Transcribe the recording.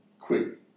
Quick